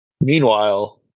Meanwhile